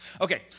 Okay